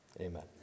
Amen